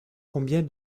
combien